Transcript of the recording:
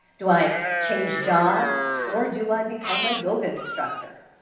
do i change jobs or do i become a yoga instructor?